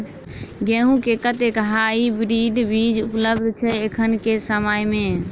गेंहूँ केँ कतेक हाइब्रिड बीज उपलब्ध छै एखन केँ समय मे?